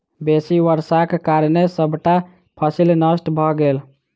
बेसी वर्षाक कारणें सबटा फसिल नष्ट भ गेल